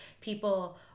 people